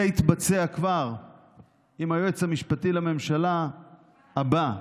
זה יתבצע כבר עם היועץ המשפטי לממשלה הבא,